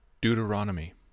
Deuteronomy